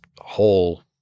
whole